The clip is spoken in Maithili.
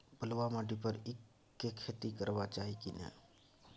बलुआ माटी पर ईख के खेती करबा चाही की नय?